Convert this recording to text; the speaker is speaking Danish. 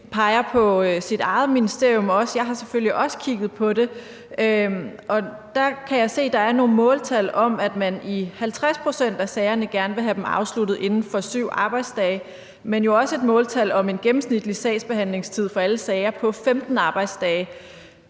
også på sit eget ministerium, og jeg har selvfølgelig også kigget på det, og der kan jeg se, at der er nogle måltal om, at man i 50 pct. af sagerne gerne vil have dem afsluttet inden for 7 arbejdsdage, men jo også et måltal om en gennemsnitlig sagsbehandlingstid for alle sager på 15 arbejdsdage.